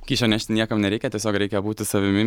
kyšio nešti niekam nereikia tiesiog reikia būti savimi